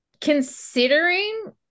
Considering